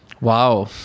Wow